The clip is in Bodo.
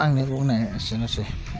आंनि बुंनाया एसेनोसै